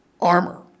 Armor